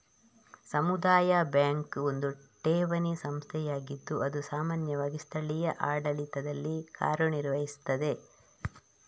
ಸಮುದಾಯ ಬ್ಯಾಂಕು ಒಂದು ಠೇವಣಿ ಸಂಸ್ಥೆಯಾಗಿದ್ದು ಅದು ಸಾಮಾನ್ಯವಾಗಿ ಸ್ಥಳೀಯ ಆಡಳಿತದಲ್ಲಿ ಕಾರ್ಯ ನಿರ್ವಹಿಸ್ತದೆ